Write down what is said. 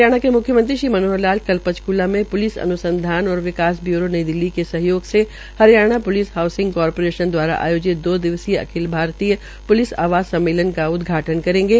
हरियाणा के म्ख्यमंत्री श्री मनोहर लाल कल पंचकूला में प्लिस अन्संधान और विकास ब्यूरो नई दिल्ली के सहयोग से हरियाणा प्लिस हाउसिंग कारपोरेशन दवारा आयोजित दो दिवसीय अखिल भारतीय प्लिस आवास कारपोरेशन का उदघाटन करेंगे